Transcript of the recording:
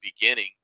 beginning